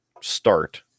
start